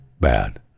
bad